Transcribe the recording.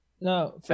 no